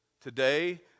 Today